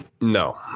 No